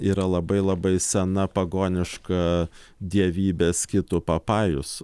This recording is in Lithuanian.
yra labai labai sena pagoniška dievybė skitų papajus